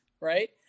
right